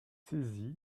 saisie